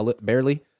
barely